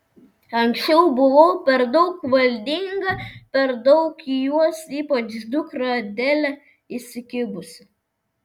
anksčiau buvau per daug valdinga per daug į juos ypač dukrą adelę įsikibusi